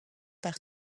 par